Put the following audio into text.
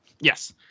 Yes